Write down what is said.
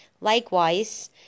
Likewise